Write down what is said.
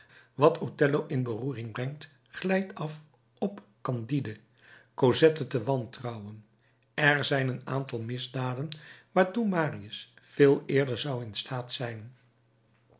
wat othello in beroering brengt glijdt af op candide cosette te wantrouwen er zijn een aantal misdaden waartoe marius veel eerder zou in staat zijn